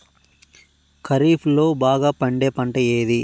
ఖరీఫ్ లో బాగా పండే పంట ఏది?